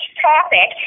topic